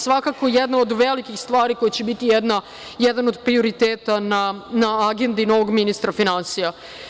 Svakako i jedna od velikih stvari koja će biti jedan od prioriteta na agendi novog ministra finansija.